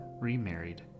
remarried